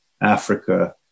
Africa